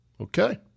okay